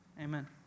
Amen